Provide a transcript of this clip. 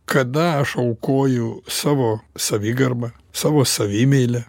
kada aš aukoju savo savigarbą savo savimeilę